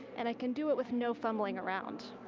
and i can do it with no fumbling around.